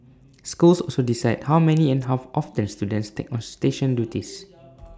schools also decide how many and how often students take on station duties